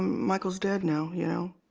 michaels dead now, yeah